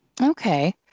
Okay